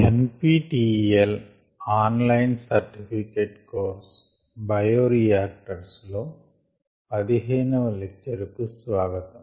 NPTEL online certificate course bioreactors లో 15వ lecture కు స్వాగతం